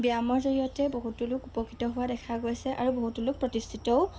ব্যায়ামৰ জৰিয়তে বহুতো লোক উপকৃত হোৱা দেখা গৈছে আৰু বহুতো লোক প্ৰতিষ্ঠিতও